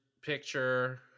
picture